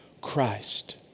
Christ